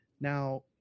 Now